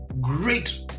great